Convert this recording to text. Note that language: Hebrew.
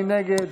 מי נגד?